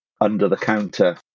under-the-counter